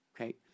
okay